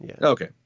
Okay